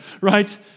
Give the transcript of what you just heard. right